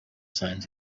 signs